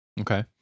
okay